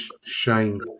shame